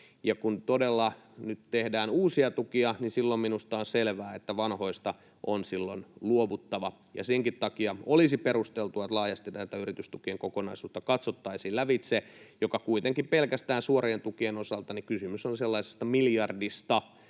vihreän siirtymän investointeja — niin minusta on selvää, että vanhoista on silloin luovuttava. Senkin takia olisi perusteltua, että näiden yritystukien kokonaisuutta katsottaisiin laajasti lävitse, kun kuitenkin pelkästään suorien tukien osalta kysymys on sellaisesta miljardista